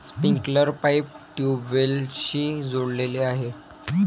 sprinkler pipe ट्यूबवेल्सशी जोडलेले आहे